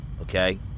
okay